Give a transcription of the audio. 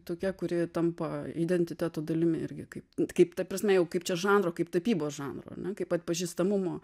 tokia kuri tampa identiteto dalimi irgi kaip kaip ta prasme jau kaip čia žanro kaip tapybos žanro ar ne kaip atpažįstamumo